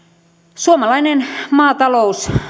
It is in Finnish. suomalainen maatalous